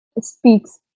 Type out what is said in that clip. speaks